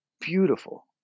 beautiful